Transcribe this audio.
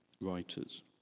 writers